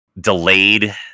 delayed